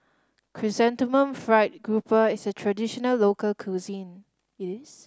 Chrysanthemum Fried Grouper is a traditional local cuisine